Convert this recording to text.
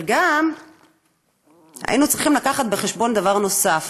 אבל היינו צריכים לקחת בחשבון דבר נוסף,